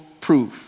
proof